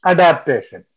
Adaptation